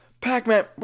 Pac-Man